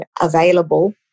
available